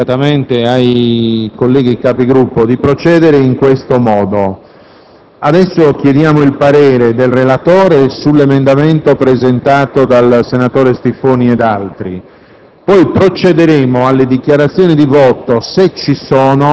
proporrei, mi rivolgo a tutti ma specificatamente ai colleghi Capigruppo, di procedere in questo modo: per prima cosa chiediamo il parere del relatore sull'emendamento presentato dal senatore Stiffoni ed altri,